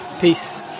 peace